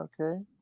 Okay